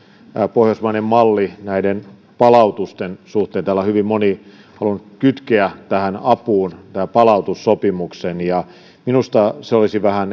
pohjoismainen malli näiden palautusten suhteen täällä on hyvin moni halunnut kytkeä tähän apuun tämän palautussopimuksen minusta se olisi myös